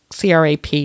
CRAP